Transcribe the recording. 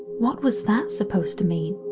what was that supposed to mean?